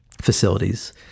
facilities